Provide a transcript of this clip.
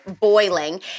boiling